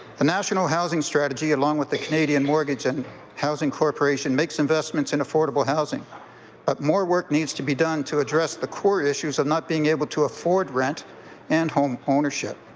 the national housing strategy along with the canadian mortgage and housing corporation makes investments in affordable housing, but more work needs to be done to address the core issues of not being able to ah forward rent and home ownership.